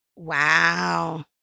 Wow